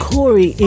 Corey